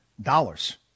dollars